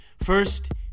First